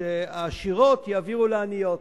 העשירות יביאו לעניות.